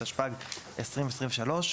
התשפ"ג-2023,